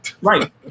right